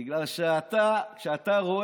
בגלל זה לחצתם והתניתם את זה.